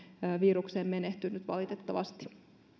tähän virukseen menehtynyt valitettavasti